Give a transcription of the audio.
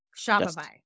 Shopify